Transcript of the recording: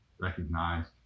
recognized